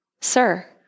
Sir